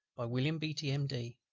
by william beatty, m d.